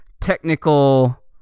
technical